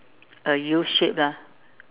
a U shape lah